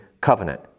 covenant